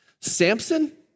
Samson